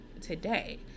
today